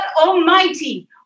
Almighty